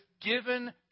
given